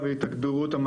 בהדסה.